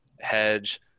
hedge